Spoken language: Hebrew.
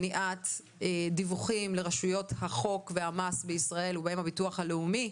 מניעת דיווחים לרשויות החוק והמס בישראל ובהם הביטוח הלאומי,